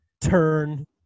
turn